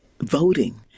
voting